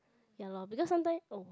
ya loh because sometime oh